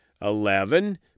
Eleven